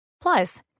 Plus